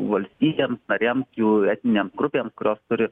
valstybėms paremt jų etninėms grupėms kurios turi